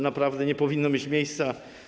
Naprawdę nie powinno to mieć miejsca.